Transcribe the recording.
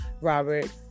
Robert